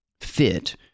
fit